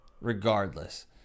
regardless